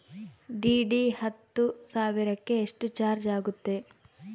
DD ಹತ್ತು ಸಾವಿರಕ್ಕೆ ಎಷ್ಟು ಚಾಜ್೯ ಆಗತ್ತೆ?